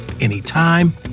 anytime